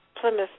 Plymouth